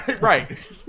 right